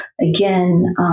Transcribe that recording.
Again